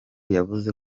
yavuze